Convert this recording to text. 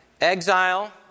Exile